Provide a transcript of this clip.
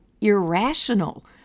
irrational